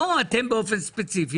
לא אתם באופן ספציפי,